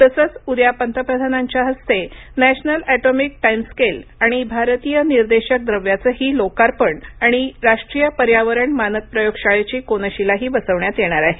तसंच उद्या पंतप्रधानांच्या हस्ते नॅशनल एटॉमिक टाईमस्केल आणि भारतीय निर्देशक द्रव्याचंही लोकार्पण आणि राष्ट्रीय पर्यावरण मानक प्रयोगशाळेची कोनशिलाही बसवण्यात येणार आहे